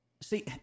See